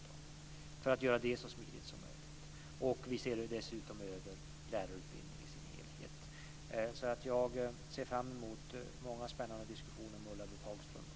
Vi måste göra så att detta blir så smidigt som möjligt. Vi ser dessutom över lärarutbildningen i dess helhet. Jag ser fram emot många spännande diskussioner med Ulla-Britt Hagström på detta fält.